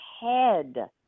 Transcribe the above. head